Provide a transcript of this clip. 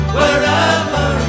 wherever